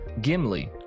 Gimli